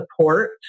support